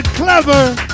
Clever